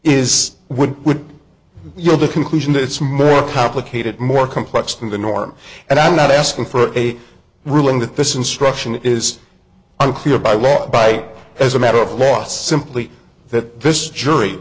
s would your the conclusion that it's more complicated more complex than the norm and i'm not asking for a ruling that this instruction is unclear by law by as a matter of law simply that this jury